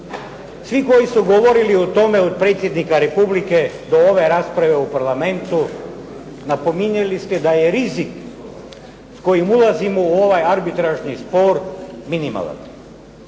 Svi koji su govorili o tome, od predsjednika Republike do ove rasprave u Parlamentu, napominjali ste da je rizik s kojim ulazimo u ovaj arbitražni spor minimalan.